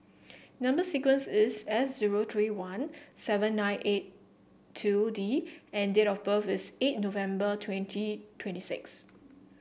number sequence is S zero three one seven nine eight two D and date of birth is eight November twenty twenty six